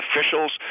officials